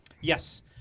Yes